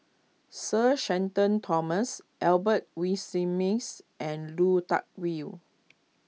Sir Shenton Thomas Albert Winsemius and Lui Tuck wale